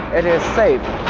it is safe.